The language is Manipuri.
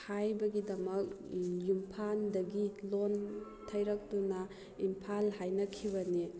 ꯍꯥꯏꯕꯒꯤꯗꯃꯛ ꯌꯨꯝꯐꯥꯟꯗꯒꯤ ꯂꯣꯟ ꯊꯩꯔꯛꯇꯨꯅ ꯏꯝꯐꯥꯜ ꯍꯥꯏꯅꯈꯤꯕꯅꯤ